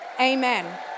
Amen